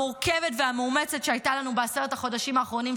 המורכבת והמאומצת שהייתה לנו בעשרת החודשים האחרונים,